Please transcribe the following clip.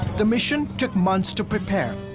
the mission took months to prepare.